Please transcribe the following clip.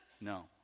No